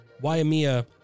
Waimea